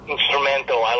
Instrumental